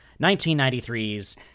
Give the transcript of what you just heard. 1993's